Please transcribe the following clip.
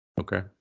Okay